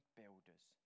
builders